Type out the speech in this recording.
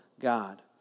God